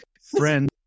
friends